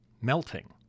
melting